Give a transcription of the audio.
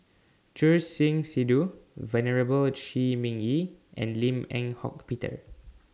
Choor Singh Sidhu Venerable Shi Ming Yi and Lim Eng Hock Peter